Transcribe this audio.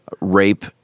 rape